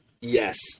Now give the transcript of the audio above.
yes